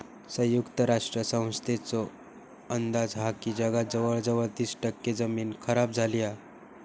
संयुक्त राष्ट्र संस्थेचो अंदाज हा की जगात जवळजवळ तीस टक्के जमीन खराब झाली हा